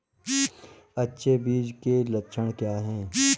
अच्छे बीज के लक्षण क्या हैं?